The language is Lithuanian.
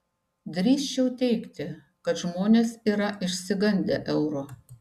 drįsčiau teigti kad žmonės yra išsigandę euro